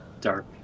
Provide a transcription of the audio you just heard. dark